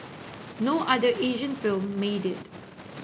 no other Asian film made it